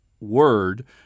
word